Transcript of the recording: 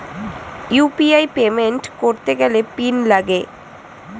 UPI payment করতে গেলে PIN লাগে